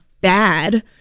bad